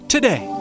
Today